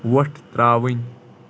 وۄٹھ ترٛاوٕنۍ